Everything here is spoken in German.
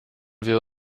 wir